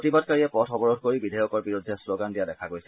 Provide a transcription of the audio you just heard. প্ৰতিবাদকাৰীয়ে পথ অৱৰোধ কৰি বিধেয়কৰ বিৰুদ্ধে শ্লগান দিয়া দেখা গৈছে